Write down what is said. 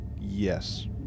Yes